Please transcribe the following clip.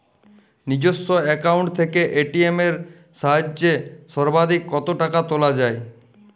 নিজস্ব অ্যাকাউন্ট থেকে এ.টি.এম এর সাহায্যে সর্বাধিক কতো টাকা তোলা যায়?